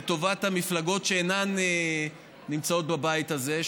לטובת המפלגות שאינן נמצאות בבית הזה,